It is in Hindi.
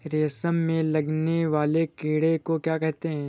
रेशम में लगने वाले कीड़े को क्या कहते हैं?